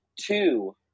Two